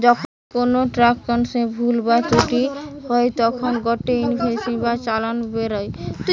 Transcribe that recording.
যখন কোনো ট্রান্সাকশনে ভুল বা ত্রুটি হই তখন গটে ইনভয়েস বা চালান বেরোয়